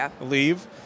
leave